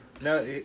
No